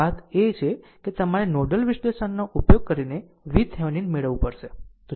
વાત એ છે કે તમારે નોડલ વિશ્લેષણનો ઉપયોગ કરીને VThevenin મેળવવું પડશે